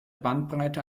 bandbreite